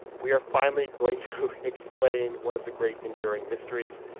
we are finally going to explain one of the great enduring mysteries.